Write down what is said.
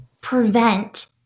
prevent